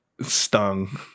stung